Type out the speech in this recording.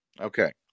Okay